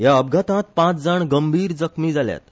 ह्या अपघातांत पांच जाण गंभीर जखमीय जाल्यात